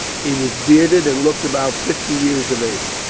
he was bearded, and looked about fifty years of age.